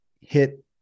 hit